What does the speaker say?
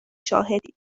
شاهدید